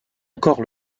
encore